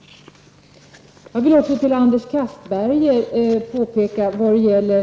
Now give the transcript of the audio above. Till Anders Castberger vill jag påpeka vad det gäller ...